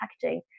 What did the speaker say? packaging